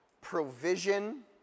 provision